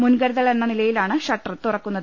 മുൻകരുതൽ എന്ന നിലയി ലാണ് ഷട്ടർ തുറക്കുന്നത്